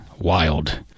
wild